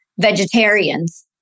vegetarians